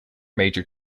major